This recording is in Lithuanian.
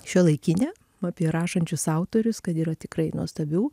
šiuolaikinę apie rašančius autorius kad yra tikrai nuostabių